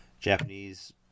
Japanese